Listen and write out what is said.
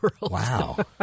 Wow